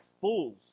fools